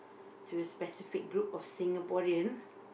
to specific group of Singaporean